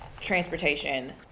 transportation